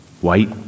White